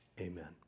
amen